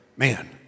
man